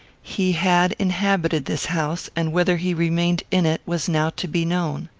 he had inhabited this house and whether he remained in it was now to be known.